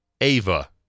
Ava